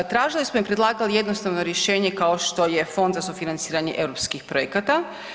Tražili smo i predlagali jednostavno rješenje kao što je Fond za sufinanciranje europskih projekata.